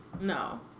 No